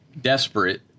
desperate